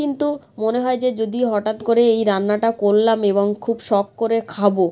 কিন্তু মনে হয় যে যদি হটাৎ করে এই রান্নাটা করলাম এবং খুব শখ করে খাবো